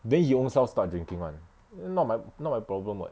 then he ownself start drinking [one] not my not my problem [what]